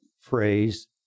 phrase